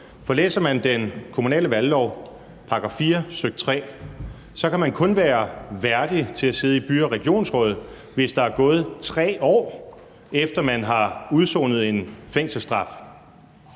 for læser man den kommunale valglov, § 4, stk. 3, kan man kun være værdig til at sidde i kommunalbestyrelser og regionsråd, hvis der er gået 3 år, efter man har udsonet en fængselsstraf.